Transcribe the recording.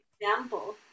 example